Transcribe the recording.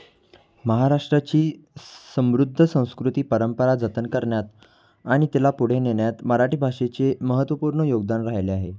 महाराष्ट्राची समृद्ध संस्कृती परंपरा जतन करण्यात आणि तिला पुढे नेण्यात मराठी भाषेचे महत्त्वपूर्ण योगदान राहिले आहे